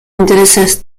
intereses